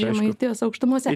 žemaitijos aukštumose